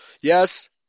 Yes